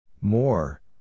More